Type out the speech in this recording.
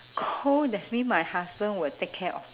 cold that's mean my husband will take care of